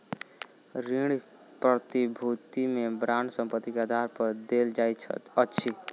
ऋण प्रतिभूति में बांड संपत्ति के आधार पर देल जाइत अछि